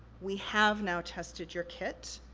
we have now tested your kit,